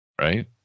right